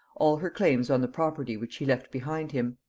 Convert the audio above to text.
all her claims on the property which he left behind him.